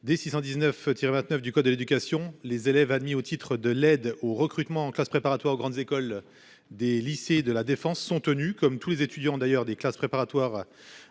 tirs 29 du code de l'éducation, les élèves admis au titre de l'aide au recrutement en classe préparatoire aux grandes écoles, des lycées de la défense sont tenus comme tous les étudiants d'ailleurs des classes préparatoires